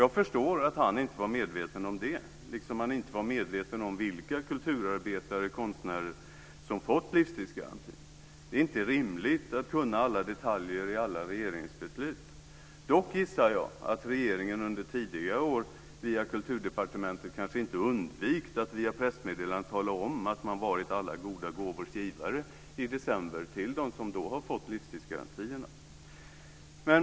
Jag förstår att han inte var medveten om det, liksom han inte var medveten om vilka kulturarbetare och konstnärer som fått livstidsgarantin. Det är inte rimligt att kunna alla detaljer i alla regeringsbeslut. Dock gissar jag att regeringen under tidigare år, via Kulturdepartementet, kanske inte undvikit att genom pressmeddelanden tala om att man i december varit alla goda gåvors givare till dem som fått livstidsgarantierna.